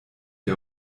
der